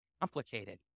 complicated